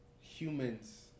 humans